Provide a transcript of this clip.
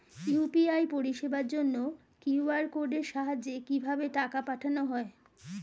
UPI পরিষেবার জন্য QR কোডের সাহায্যে কিভাবে টাকা পাঠানো হয়?